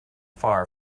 far